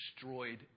destroyed